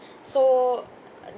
so